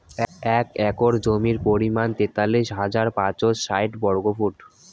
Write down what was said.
এক একর জমির পরিমাণ তেতাল্লিশ হাজার পাঁচশ ষাইট বর্গফুট